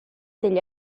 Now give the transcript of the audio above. degli